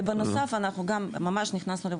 ובנוסף אנחנו גם נכנסנו,